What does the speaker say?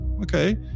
Okay